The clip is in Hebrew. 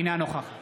אינה נוכחת